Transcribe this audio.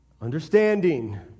understanding